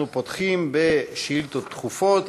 אנחנו פותחים בשאילתות דחופות.